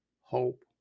hope